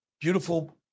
beautiful